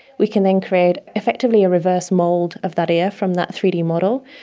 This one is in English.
we can then create effectively a reverse mould of that ear from that three d model,